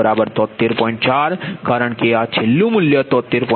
4 કારણ કે આ છેલ્લું મૂલ્ય 73